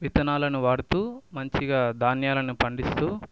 విత్తనాలను వాడుతూ మంచిగా ధాన్యాలను పండిస్తూ